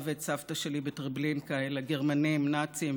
ואת סבתא שלי בטרבלינקה אלא גרמנים נאצים,